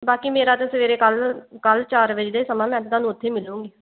ਬਾਕੀ ਮੇਰਾ ਤਾਂ ਸਵੇਰੇ ਕੱਲ੍ਹ ਕੱਲ੍ਹ ਚਾਰ ਵਜੇ ਦਾ ਹੀ ਸਮਾਂ ਮੈਂ ਤਾਂ ਤੁਹਾਨੂੰ ਉੱਥੇ ਮਿਲੂੰਗੀ